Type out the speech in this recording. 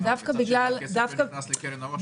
מצד שני, הכסף לא נכנס לקרן העושר.